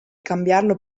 cambiarlo